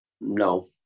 no